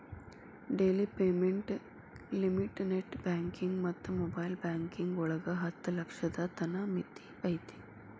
daily payment limit net banking ಮತ್ತ mobile banking ಒಳಗ ಹತ್ತ ಲಕ್ಷದ್ ತನ ಮಿತಿ ಐತಿ